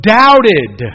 doubted